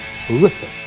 horrific